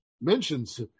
mentions